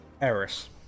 Eris